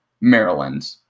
Maryland